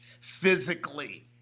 physically